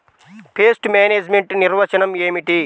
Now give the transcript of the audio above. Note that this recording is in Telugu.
పెస్ట్ మేనేజ్మెంట్ నిర్వచనం ఏమిటి?